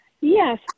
Yes